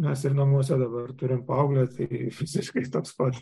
mes ir namuose dabar turim paauglį ir jis visiškai toks pat